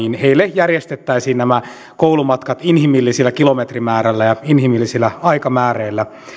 järjestettäisiin koulumatkat inhimillisellä kilometrimäärällä ja inhimillisillä aikamäärillä